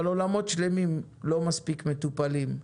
אבל עולמות שלמים לא מספיק מטופלים,